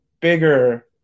bigger